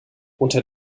unter